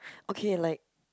okay like